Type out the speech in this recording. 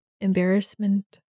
embarrassment